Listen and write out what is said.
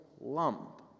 lump